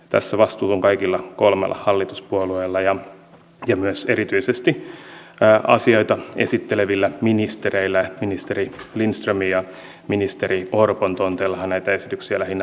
tässä vastuu on kaikilla kolmella hallituspuolueella ja myös erityisesti asioita esittelevillä ministereillä ministeri lindströmin ja ministeri orpon tonteillahan näitä esityksiä lähinnä on tehty